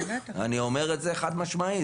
אני אומר את זה חד-משמעי,